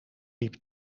liep